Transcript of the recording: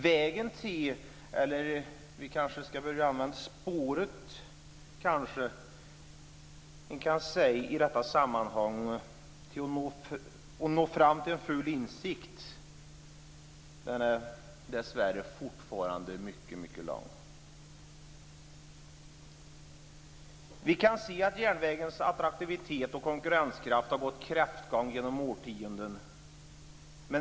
Vägen, eller i detta sammanhang ska vi kanske säga spåret, till att nå fram till full insikt är dessvärre fortfarande mycket lång. Vi kan se att järnvägens attraktivitet och konkurrenskraft har gått kräftgång genom årtiondena.